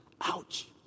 Ouch